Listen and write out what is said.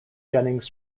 jennings